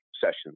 sessions